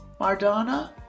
Mardana